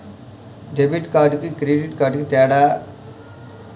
Debit కార్డుకి credit కార్డుకి తేడా?